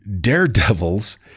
daredevils